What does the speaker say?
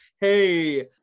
Hey